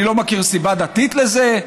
אני לא מכיר סיבה דתית לזה,